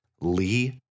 Lee